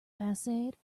facade